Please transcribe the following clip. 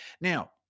Now